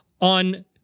on